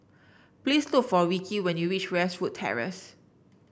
please look for Ricki when you reach Westwood Terrace